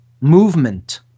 movement